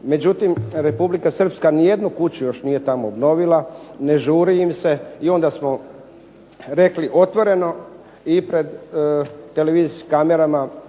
međutim, Republika Srpska nijednu kuću nije tamo obnovila, ne žuri im se. I onda smo rekli otvoreni i pred televizijskim kamerama